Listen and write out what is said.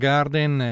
Garden